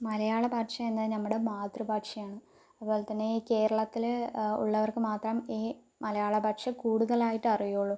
മലയാള ഭാഷ എന്നത് നമ്മുടെ മാതൃ ഭാഷയാണ് അതുപോലെതന്നെ കേരളത്തിൽ ഉള്ളവർക്ക് മാത്രം മലയാളഭാഷ കൂടുതലായിട്ട് അറിയുള്ളൂ